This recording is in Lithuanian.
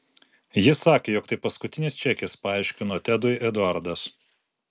ji sakė jog tai paskutinis čekis paaiškino tedui eduardas